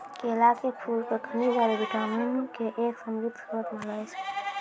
केला के फूल क खनिज आरो विटामिन के एक समृद्ध श्रोत मानलो जाय छै